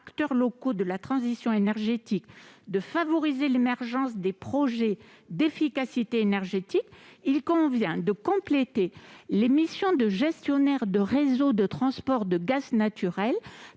de favoriser l'émergence des projets d'efficacité énergétique, il convient de compléter les missions des gestionnaires de réseaux de transport de gaz naturel